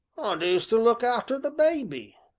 and who's to look arter the babby?